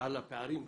על הפערים בתקצוב.